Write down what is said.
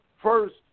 first